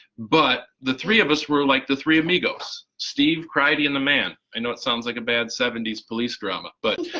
but the three of us were like the three amigos. steve, cry-d, and the man. i know it sounds like a bad seventy s police drama, but